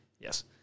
Yes